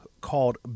called